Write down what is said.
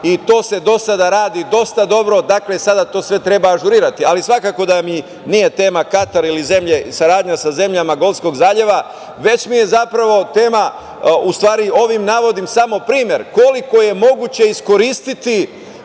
i to se do sada radi dosta dobro, dakle, sada to sve treba ažurirati. Svakako da mi nije tema Katar ili saradnja sa zemljama Golfskog zaliva, već mi je zapravo tema, u stvari ovim navodim samo primer koliko je moguće iskoristiti